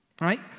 Right